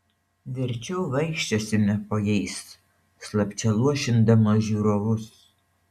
verčiau vaikščiosime po jais slapčia luošindamos žiūrovus